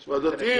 והדתיים,